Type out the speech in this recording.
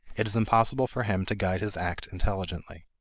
it is impossible for him to guide his act intelligently.